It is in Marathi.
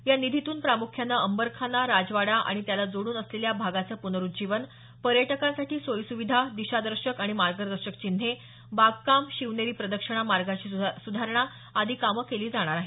या निधीतून प्रामुख्याने अंबरखाना राजवाडा आणि त्याला जोडून असलेल्या भागाचं पुनरुज्जीवन पर्यटकांसाठी सोयी सुविधा दिशादर्शक आणि मार्गदर्शक चिन्हे बागकाम शिवनेरी प्रदक्षिणा मार्गाची सुधारणा आदी कामं केली जाणार आहे